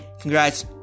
congrats